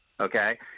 Okay